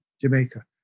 Jamaica